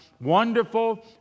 wonderful